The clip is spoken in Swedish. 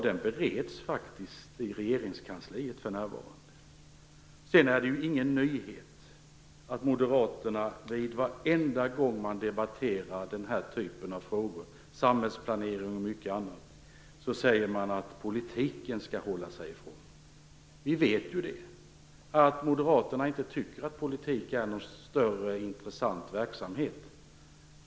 Den bereds faktiskt i Regeringskansliet för närvarande. Det är ju ingen nyhet att moderaterna varenda gång man debatterar den här typen av frågor, samhällsplanering och annat, säger att politiken skall hålla sig utanför. Vi vet att moderaterna inte tycker att politik är någon intressant verksamhet.